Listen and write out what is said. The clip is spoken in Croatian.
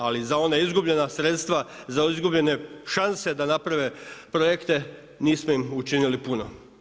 Ali za ona izgubljena sredstva, za izgubljene šanse da naprave projekte nismo im učinili puno.